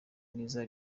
neza